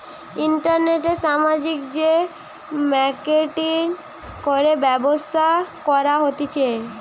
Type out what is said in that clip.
ইন্টারনেটে সামাজিক যে মার্কেটিঙ করে ব্যবসা করা হতিছে